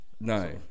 no